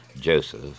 Joseph